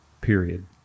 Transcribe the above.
period